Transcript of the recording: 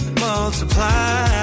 multiply